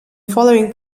following